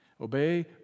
Obey